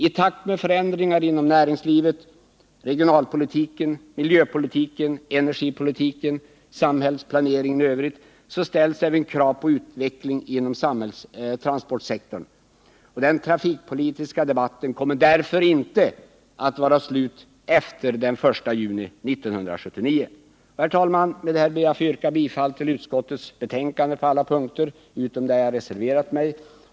I takt med förändringar inom näringslivet, regionalpolitiken, miljöpolitiken, energipolitiken och samhällsplaneringen i övrigt ställs även krav på utveckling inom transportsektorn. Den trafikpolitiska debatten kommer därför inte att vara slut efter den 1 juni 1979. Herr talman! Med detta ber jag att få yrka bifall till utskottets hemställan på alla punkter utom där jag reserverat mig.